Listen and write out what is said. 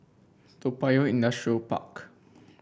Toa Payoh Industrial Park